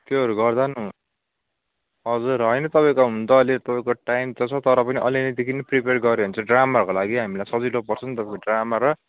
त्योहरू गर्दा नि हुन् हजुर होइन तपाईँको हुनु त तपाईँको टाइम त छ तर पनि अहिलेदेखि नै प्रिपेर गऱ्यो भनेदेखि चाहिँ ड्रामाहरूको लागि हामलाई सजिलो पर्छ नि त ड्रामा र